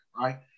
Right